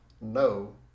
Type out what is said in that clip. no